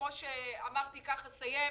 כמו שאמרתי וכך אסיים,